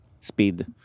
Speed